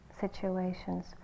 situations